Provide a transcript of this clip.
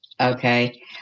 okay